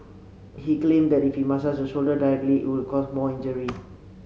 he claimed that if he massaged shoulder directly it would cause more injury